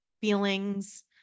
feelings